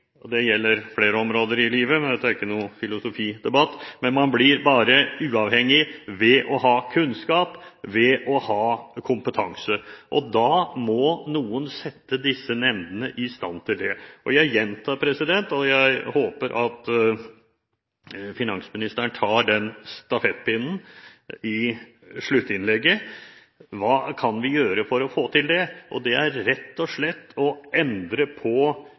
og det gjelder flere områder i livet, men dette er ikke noen filosofidebatt – ved å ha kunnskap, ved å ha kompetanse, og da må noen sette disse nemndene i stand til det. Jeg gjentar, og jeg håper at finansministeren tar den stafettpinnen i sluttinnlegget: Hva kan vi gjøre for å få til det? Det er rett og slett å endre på